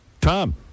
Tom